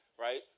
Right